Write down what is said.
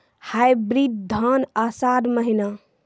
Hybrid धान आषाढ़ महीना?